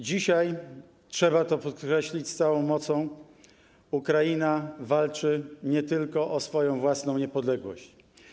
Dzisiaj, trzeba to podkreślić z całą mocą, Ukraina walczy nie tylko o swoją własną niepodległość.